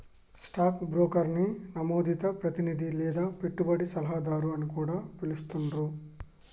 stock బ్రోకర్ని నమోదిత ప్రతినిధి లేదా పెట్టుబడి సలహాదారు అని కూడా పిలుత్తాండ్రు